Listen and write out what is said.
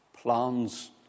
plans